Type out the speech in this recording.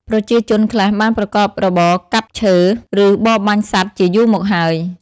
ប្រជាជនខ្លះបានប្រកបរបរកាប់ឈើ ឬបរបាញ់សត្វជាយូរមកហើយ។